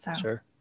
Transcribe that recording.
Sure